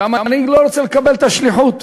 והמנהיג לא רוצה לקבל את השליחות.